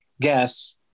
guess